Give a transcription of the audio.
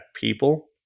people